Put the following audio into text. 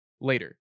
later